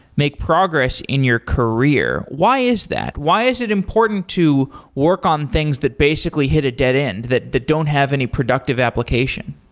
make progress in your career. why is that? why is it important to work on things that basically hit a dead end, that that don't have any productive application?